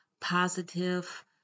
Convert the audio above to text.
positive